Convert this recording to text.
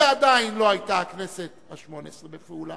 ועדיין לא היתה הכנסת השמונה-עשרה בפעולה,